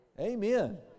Amen